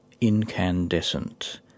Incandescent